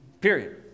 period